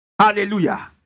hallelujah